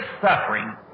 suffering